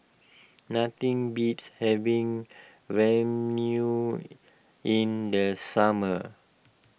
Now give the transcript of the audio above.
nothing beats having Ramyeon in the summer